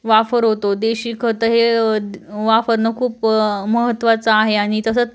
wafer होतो देशी खत हे वापरणं खूप महत्त्वाचं आहे आणि तसंच